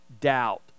doubt